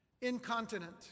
incontinent